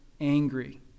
angry